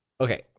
Okay